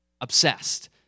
obsessed